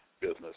business